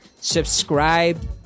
subscribe